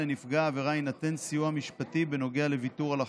לנפגע העבירה יינתן סיוע משפטי בנוגע לוויתור על החיסיון.